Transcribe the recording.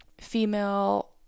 female